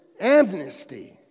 amnesty